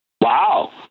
Wow